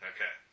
Okay